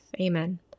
Amen